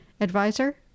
advisor